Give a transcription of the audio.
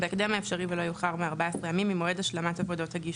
בהקדם האפשרי ולא יאוחר מ-14 ימים ממועד השלמת עבודות הגישוש,